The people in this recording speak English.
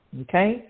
Okay